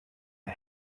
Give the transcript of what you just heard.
are